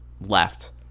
left